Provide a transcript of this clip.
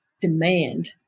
demand